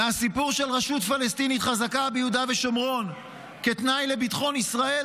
מהסיפור של רשות פלסטינית חזקה ביהודה ושומרון כתנאי לביטחון ישראל,